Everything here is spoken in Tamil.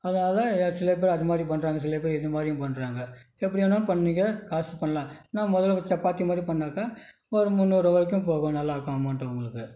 அதனால் ஒரு சில பேர் அது மாதிரி பண்ணுறாங்க சில பேர் இது மாதிரியும் பண்ணுறாங்க எப்படி வேணாலும் பண்ணிக்க காஸ் பண்ணலாம் இல்லைனா முதல் இந்த சப்பாத்தி மாதிரி பண்ணாக்கா ஒரு முந்நூறுரூவாய்க்கும் போகும் நல்லாருக்கும் அமௌண்ட்டு உங்களுக்கு